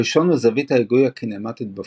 הראשון הוא זווית ההיגוי הקינמטית בפועל,